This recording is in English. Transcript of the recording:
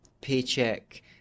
paycheck